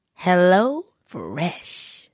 HelloFresh